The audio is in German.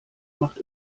macht